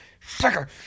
sucker